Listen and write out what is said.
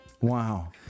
Wow